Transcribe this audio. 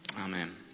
Amen